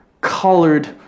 Colored